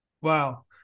wow